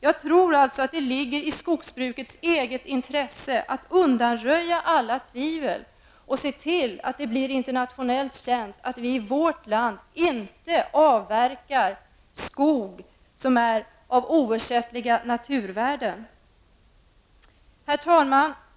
Jag tror alltså att det ligger i skogsbrukets eget intresse att undanröja alla tvivel och se till att det blir internationellt känt att vi i vårt land inte avverkar skog som innehåller oersättliga naturvärden. Herr talman!